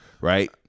Right